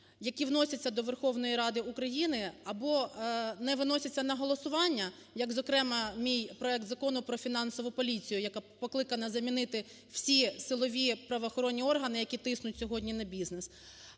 які вносяться до Верховної Ради України, або не виносяться на голосування, як, зокрема, мій проект Закону про фінансову поліцію, яка покликана замінити всі силові, правоохоронні органи, які тиснуть сьогодні на бізнес,